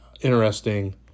interesting